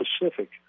Pacific